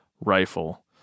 rifle